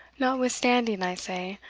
notwithstanding, i say,